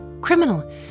Criminal